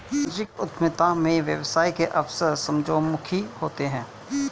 सामाजिक उद्यमिता में व्यवसाय के अवसर समाजोन्मुखी होते हैं